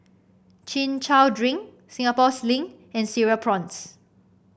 Chin Chow Drink Singapore Sling and Cereal Prawns